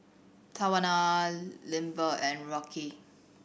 Tawana Lindbergh and Rocky